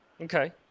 Okay